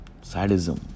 sadism